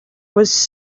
was